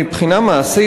מבחינה מעשית,